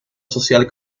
social